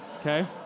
Okay